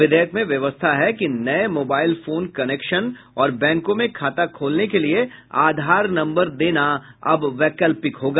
विधेयक में व्यवस्था है कि नये मोबाइल फोन कनेक्शनों और बैंकों में खाता खोलने के लिए आधार नम्बर देना अब वैकल्पिक होगा